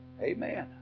Amen